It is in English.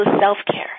self-care